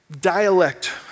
dialect